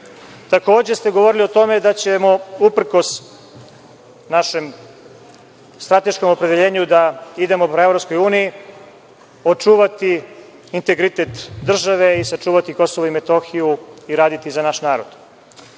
govorili ste o tome da ćemo uprkos našem strateškom opredeljenju da idemo ka EU očuvati integritet države i sačuvati Kosovo i Metohiju i raditi za naš narod.